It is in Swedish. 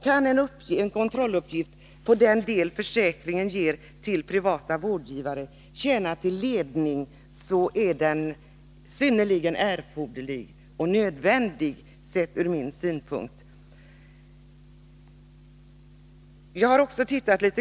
Kan en kontrolluppgift avseende den del av försäkringsbeloppet som utgår till privata vårdgivare tjäna till ledning vid bedömningen, så är den ur min synpunkt erforderlig.